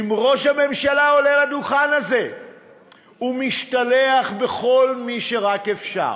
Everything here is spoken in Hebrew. אם ראש הממשלה עולה לדוכן הזה ומשתלח בכל מי שרק אפשר